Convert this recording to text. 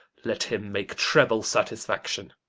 let him make treble satisfaction.